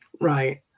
Right